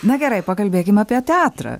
na gerai pakalbėkim apie teatrą